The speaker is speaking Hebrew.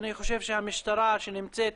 אני חושב שהמשטרה שנמצאת